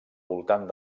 voltant